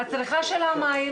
הצריכה של המים